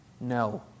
No